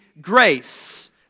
grace